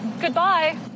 goodbye